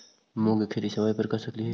मुंग के खेती धान के समय कर सकती हे?